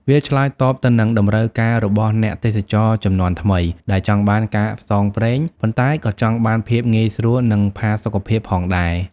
វាឆ្លើយតបទៅនឹងតម្រូវការរបស់អ្នកទេសចរជំនាន់ថ្មី ដែលចង់បានការផ្សងព្រេង ប៉ុន្តែក៏ចង់បានភាពងាយស្រួល និងផាសុកភាពផងដែរ។